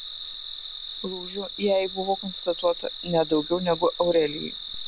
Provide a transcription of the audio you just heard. lūžių jai buvo konstatuota net daugiau negu aurelijai